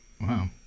Wow